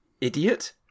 idiot